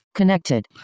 connected